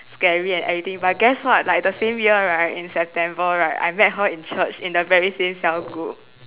scary and everything but guess what like the same year right in september right I met her in church in the very same cell group